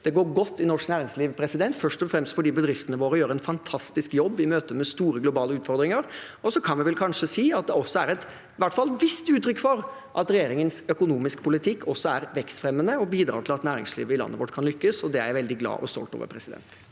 Det går godt i norsk næringsliv først og fremst fordi bedriftene våre gjør en fantastisk jobb i møte med store globale utfordringer. Vi kan vel også si at det i hvert fall er et visst uttrykk for at regjeringens økonomiske politikk er vekstfremmende og bidrar til at næringslivet i landet vårt kan lykkes. Det er jeg veldig glad og stolt over. Presidenten